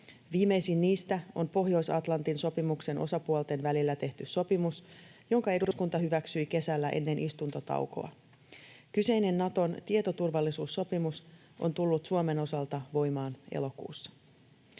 Viimeisin niistä on Pohjois-Atlantin sopimuksen osapuolten välillä tehty sopimus, jonka eduskunta hyväksyi kesällä ennen istuntotaukoa. Kyseinen Naton tietoturvallisuussopimus on tullut Suomen osalta voimaan elokuussa.